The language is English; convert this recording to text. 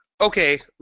okay